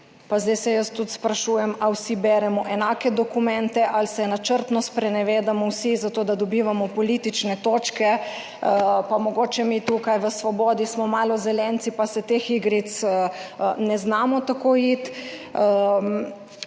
zdaj jaz tudi sprašujem, ali vsi beremo enake dokumente ali se načrtno sprenevedamo, zato da dobivamo politične točke. Mogoče smo mi tukaj v Svobodi malo zelenci in se teh igric ne znamo tako iti.